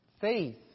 Faith